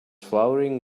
flowering